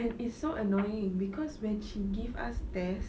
and it's so annoying cause when she gives us test